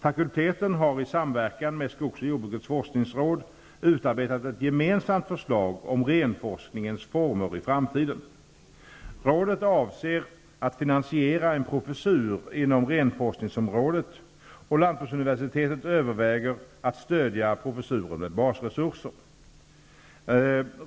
Fakulteten har i samverkan med skogsoch jordbrukets forskningsråd utarbetat ett gemensamt förslag om renforskningens former i framtiden. Rådet avser att finansiera en professur inom renforskningsområdet, och lantbruksuniversitetet överväger att stödja professuren med basresurser.